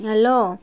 hello